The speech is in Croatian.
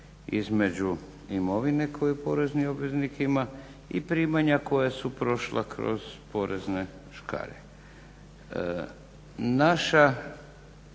između imovine koju porezni obveznik ima i primanja koja su prošla kroz porezne škare. Naša